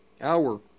hour